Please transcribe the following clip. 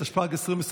התשפ"ג 2023,